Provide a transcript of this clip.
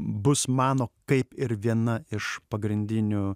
bus mano kaip ir viena iš pagrindinių